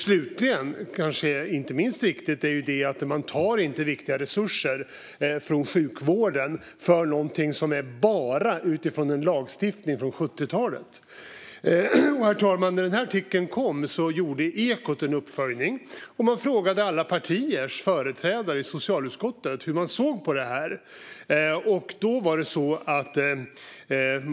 Slutligen, och det är kanske inte minst viktigt, tar man inte viktiga resurser från sjukvården för någonting som bara är utifrån en lagstiftning från 70-talet. Herr talman! När artikeln kom gjorde Ekot en uppföljning, Man frågade alla partiers företrädare i socialutskottet hur de såg på detta.